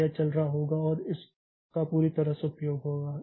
तो यह चल रहा होगा और इसका पूरी तरह से उपयोग होगा